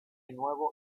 nuevo